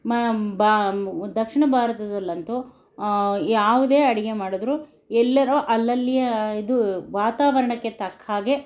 ಮ ಬ ದಕ್ಷಿಣ ಭಾರತದಲ್ಲಂತೂ ಯಾವುದೇ ಅಡುಗೆ ಮಾಡಿದ್ರೂ ಎಲ್ಲರೂ ಅಲ್ಲಲ್ಲಿಯೇ ಇದು ವಾತಾವರಣಕ್ಕೆ ತಕ್ಕ ಹಾಗೆ